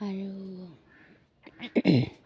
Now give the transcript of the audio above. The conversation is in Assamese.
আৰু